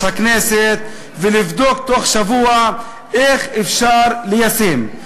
הכנסת ולבדוק בתוך שבוע איך אפשר ליישם.